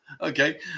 Okay